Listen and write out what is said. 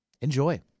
Enjoy